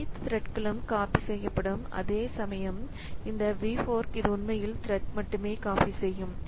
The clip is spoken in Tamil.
அனைத்து த்ரெட்களும் காப்பி செய்யப்படும் அதேசமயம் இந்த vfork இது உண்மையில் த்ரெட் மட்டுமே காப்பி செய்யும்